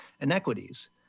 inequities